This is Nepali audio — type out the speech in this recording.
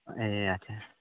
ए अच्छा